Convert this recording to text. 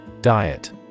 diet